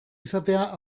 izatea